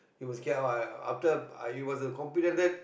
you must care after it was a computer then